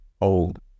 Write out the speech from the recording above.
old